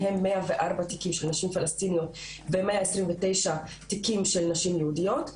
מהם 104 תיקים של נשים פלשתינאיות ו-129 תיקים של נשים יהודיות.